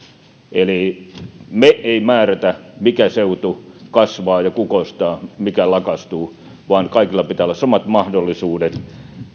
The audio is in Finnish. eli me emme määrää mikä seutu kasvaa ja kukoistaa mikä lakastuu vaan kaikilla pitää olla samat mahdollisuudet